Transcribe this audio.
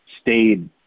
stayed